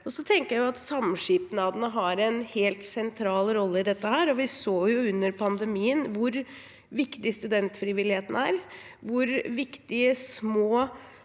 Jeg tenker at samskipnadene har en helt sentral rolle i dette. Vi så under pandemien hvor viktig studentfrivilligheten er, hvor viktig små